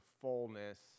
fullness